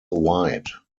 wide